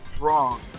wrong